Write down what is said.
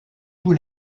tous